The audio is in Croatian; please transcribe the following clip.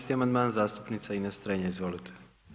218. amandman zastupnica Ines Strenja, izvolite.